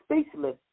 speechless